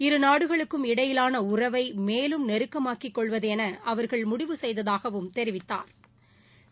இரு நாடுகளுக்கும் இடையிலான உறவை மேலும் நெருக்கமாக்கி கொள்வது என அவர்கள் முடிவு செய்ததாகவும் தெரிவித்தாா்